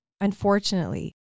unfortunately